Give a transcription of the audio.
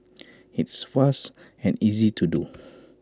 it's fast and easy to do